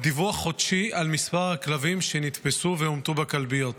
דיווח חודשי על מספר הכלבים שנתפסו והומתו בכלביות.